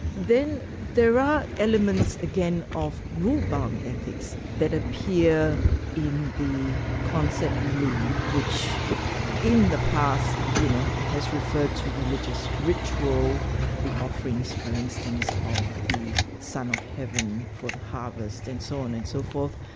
then there are elements again of rule-bound ethics, that appear in the concept li which in the past you know has referred to religious ritual the offerings, for instance, of the son of heaven for the harvest and so on and so forth.